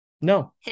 No